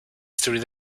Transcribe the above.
through